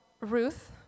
Ruth